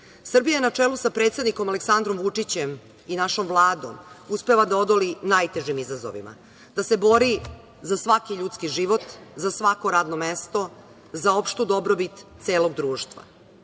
Srbija na čelu sa predsednikom Aleksandrom Vučićem i našom Vladom uspeva da odoli najtežim izazovima, da se bori za svaki ljudski život, za svako radno mesto, za opštu dobrobit celog društva